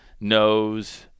knows